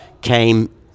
came